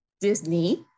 Disney